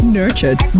nurtured